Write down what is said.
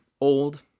old